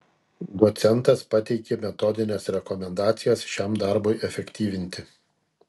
docentas pateikė metodines rekomendacijas šiam darbui efektyvinti